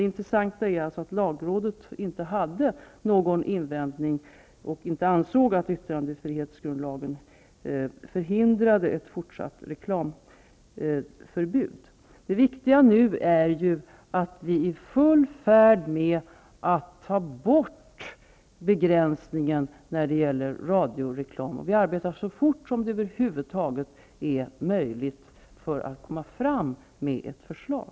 Det intressanta är alltså att lagrådet inte hade någon invändning och att man inte ansåg att yttrandefrihetsgrundlagen förhindrade ett fortsatt reklamförbud. Det viktiga nu är att vi är i full färd med att ta bort begränsningen när det gäller radioreklam. Vi arbetar så fort som det över huvud taget är möjligt för att kunna komma fram med ett förslag.